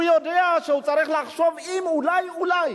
הוא יודע שהוא צריך לחשוב שאולי, אולי,